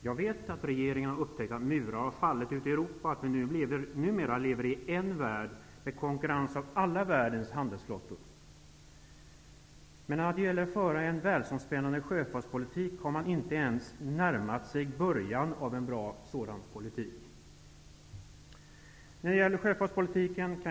Jag vet att regeringen har upptäckt att murar har fallit ute i Europa och att vi numera lever i en värld med konkurrens av alla världens handelsflottor. Man har dock inte ens närmat sig början av en bra världsomspännande sjöfartspolitik.